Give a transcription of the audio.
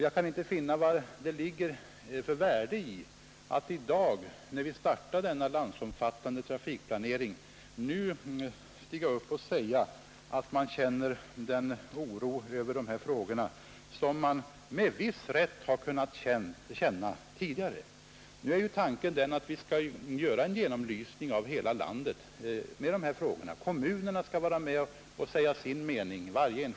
Jag kan inte finna vad det ligger för värde i att i dag, när vi startar denna landsomfattande trafikplanering, stiga upp och säga att man känner en oro över dessa frågor som man med viss rätt har kunnat känna tidigare. Tanken är nu att vi skall genomlysa dessa frågor i hela landet. Varje enskild kommun skall vara med och säga sin mening.